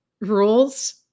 rules